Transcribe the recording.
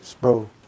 bro